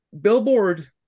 Billboard